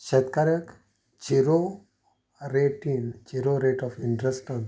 शेतकाऱ्यांक झिरो रेटीन zero rate of इंट्रस्टांत